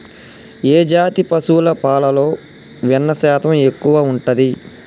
ఏ జాతి పశువుల పాలలో వెన్నె శాతం ఎక్కువ ఉంటది?